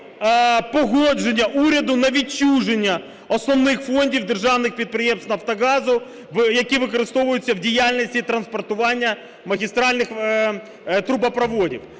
погодження уряду на відчуження основних фондів державних підприємств "Нафтогазу", які використовуються в діяльності транспортування магістральних трубопроводів.